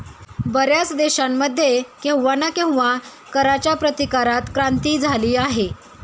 बर्याच देशांमध्ये केव्हा ना केव्हा कराच्या प्रतिकारात क्रांती झाली आहे